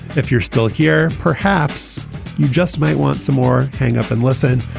if you're still here, perhaps you just might want some more. hang up and listen.